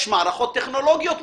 יש מערכות טכנולוגיות ניידות,